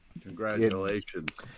Congratulations